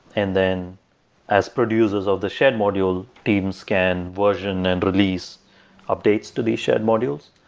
and then as producers of the shared module, teams can version and release updates to these shared modules.